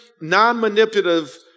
non-manipulative